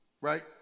Right